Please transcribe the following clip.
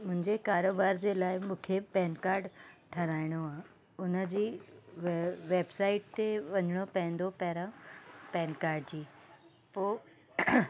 मुंहिंजे कारोबार जे लाइ मूंखे पेन कार्ड ठाहिराइणो आहे उन जी वेब वेबसाइट ते वञिणो पवंदो पहिरां पेन कार्ड जी पोइ